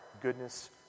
Goodness